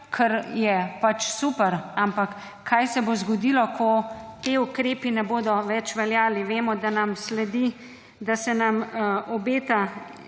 kar je pač super. Ampak kaj se bo zgodilo ko ti ukrepi ne bodo več veljali? Vemo, da nam sledi, da se nam obeta